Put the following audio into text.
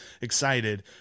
excited